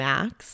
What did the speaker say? Max